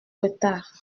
retard